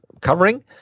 covering